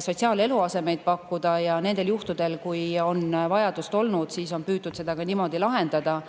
sotsiaaleluasemeid pakkuda ja nendel juhtudel, kui on vajadust olnud, on püütud seda niimoodi lahendada.